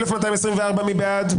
1,227 מי בעד?